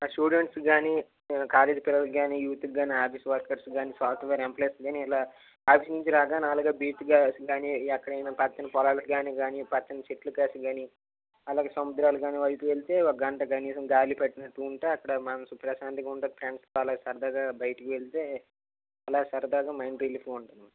స్టూడెంట్స్కు కానీ కాలేజ్ పిల్లలకి కానీ యూత్కి కానీ ఆఫీస్ వర్కర్స్ కానీ సాఫ్ట్వేర్ ఎంప్లాయిస్ కానీ ఇలా ఆఫీస్ నుంచి రాగానే అలాగ బీచ్ కానీ ఎక్కడైనా పచ్చని పొలాలకు కానీ పచ్చని చెట్లు కానీ అలాగే సముద్రాలు కానీ వైపు వెళ్తే ఒక గంట కనీసం గాలి పట్టినట్టు ఉంటే అక్కడ మనసు ప్రశాంతంగా సరదాగా బయటికి వెళ్తే అలా సరదాగా మైండ్ రిలీఫ్గా ఉంటుంది